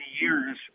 years